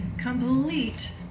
complete